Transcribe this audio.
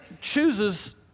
chooses